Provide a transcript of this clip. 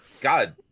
God